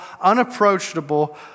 unapproachable